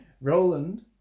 Roland